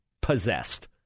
possessed